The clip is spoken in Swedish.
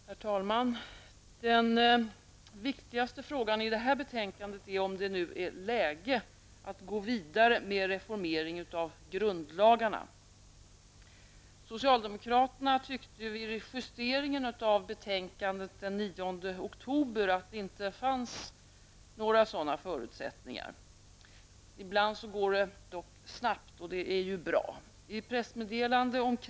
Herr talman! Den viktigaste frågan i detta betänkande är om det nu är läge att gå vidare med en reformering av grundlagarna. Socialdemokraterna tyckte vid justeringen av betänkandet den 9 oktober att det inte fanns några förutsättningar för det. Ibland går det dock snabbt, och det är ju bra.